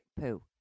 poo